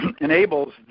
enables